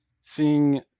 seeing